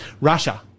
Russia